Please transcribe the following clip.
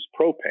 propane